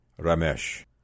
Ramesh